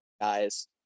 guys